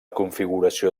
configuració